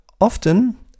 Often